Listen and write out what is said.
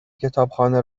کتابخانه